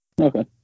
Okay